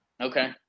Okay